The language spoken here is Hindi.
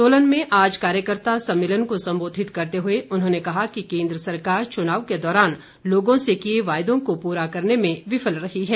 सोलन में आज कार्यकर्ता सम्मेलन को संबोधित करते हुए उन्होंने कहा कि केन्द्र सरकार चुनाव के दौरान लोगों से किए वायदों को पूरा करने में विफल रही है